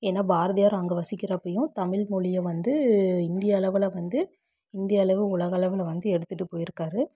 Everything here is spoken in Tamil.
ஏன்னா பாரதியார் அங்கே வசிக்கிறப்பயும் தமிழ்மொழியை வந்து இந்திய அளவில் வந்து இந்திய அளவு உலகளவில் வந்து எடுத்துகிட்டு போய்ருக்காரு